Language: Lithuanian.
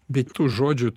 bet tų žodžių